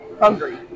hungry